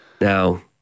Now